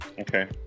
Okay